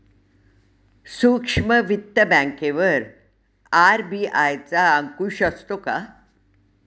सूक्ष्म वित्त बँकेवर आर.बी.आय चा अंकुश असतो का?